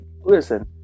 listen